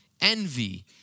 Envy